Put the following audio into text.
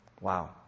Wow